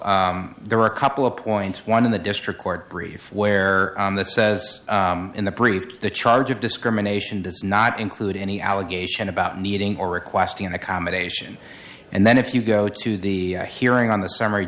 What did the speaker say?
l there are a couple of points one in the district court brief where it says in the brief the charge of discrimination does not include any allegation about meeting or requesting accommodation and then if you go to the hearing on the summary